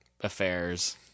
affairs